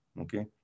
okay